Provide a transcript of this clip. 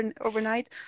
overnight